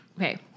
Okay